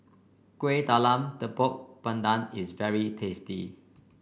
Kuih Talam Tepong Pandan is very tasty